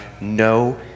no